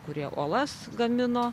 kurie olas gamino